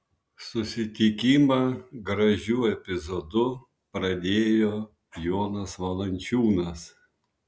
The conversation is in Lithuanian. susitikimą gražiu epizodu pradėjo jonas valančiūnas